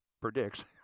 Predicts